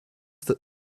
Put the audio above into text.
that